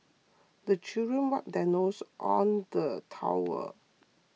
the children wipe their noses on the towel